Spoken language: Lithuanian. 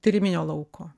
tyriminio lauko